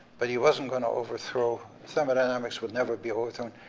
but he wasn't gonna overthrow. thermodynamics will never be overthrown,